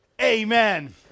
Amen